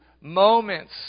moments